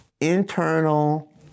internal